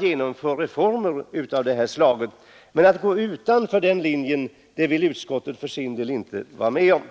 till genomförandet av reformer av det här slaget. Att gå utanför detta vill utskottet för sin del inte vara med om.